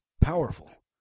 powerful